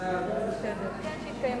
ההצעה להעביר